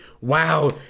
Wow